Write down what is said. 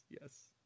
Yes